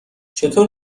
چطور